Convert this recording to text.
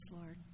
Lord